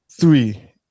Three